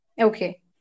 Okay